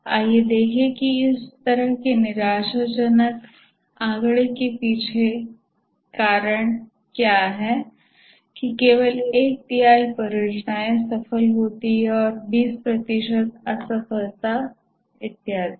आइए देखें कि इस तरह के निराशाजनक आंकड़े के पीछे क्या कारण है कि केवल एक तिहाई परियोजनाएं सफल होती हैं और 20 प्रतिशत असफलता इत्यादि